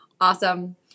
Awesome